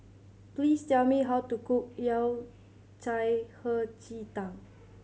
please tell me how to cook Yao Cai Hei Ji Tang